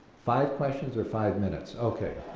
five questions or five minutes, okay